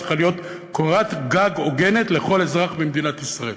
צריכה להיות קורת גג הוגנת לכל אזרח במדינת ישראל.